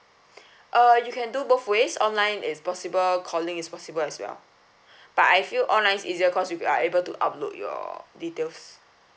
uh you can do both ways online is possible calling is possible as well but I feel online is easier cause you are able to upload your details